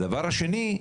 הדבר השני,